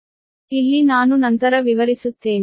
ಇಲ್ಲಿ ನಾನು ನಂತರ ವಿವರಿಸುತ್ತೇನೆ